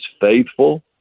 faithful